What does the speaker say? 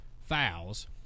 fouls